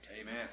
Amen